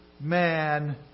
man